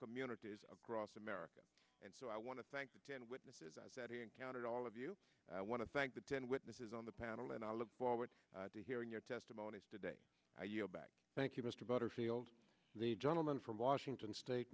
communities across america and so i want to thank the ten witnesses eyes that he encountered all of you i want to thank the ten witnesses on the panel and i look forward to hearing your testimonies today i yield back thank you mr butterfield the gentleman from washington state